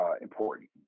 important